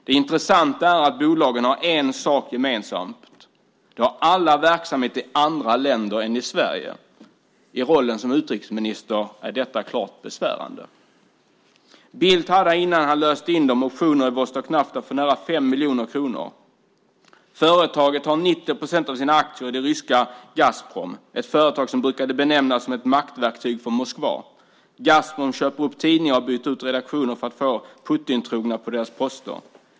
Det intressanta är att bolagen har en sak gemensamt: Alla har de verksamhet i andra länder än Sverige. I rollen som utrikesminister är detta klart besvärande. Bildt hade före inlösen optioner i Vostok Nafta för närmare 5 miljoner kronor. Företaget har 90 procent av sina aktier i det ryska Gazprom, ett företag som man brukar benämna som ett maktverktyg för Moskva. Gazprom köper upp tidningar och byter ut redaktioner för att få Putintrogna på posterna.